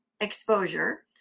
exposure